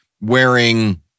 wearing